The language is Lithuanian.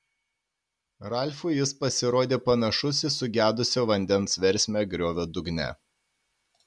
ralfui jis pasirodė panašus į sugedusio vandens versmę griovio dugne